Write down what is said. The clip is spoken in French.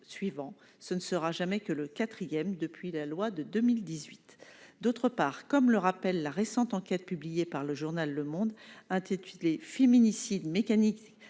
suivant : ce ne sera jamais que le 4ème depuis la loi de 2018, d'autre part, comme le rappelle la récente enquête publiée par le journal Le Monde intitulé féminicides mécanique